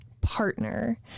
partner